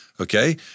Okay